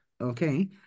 okay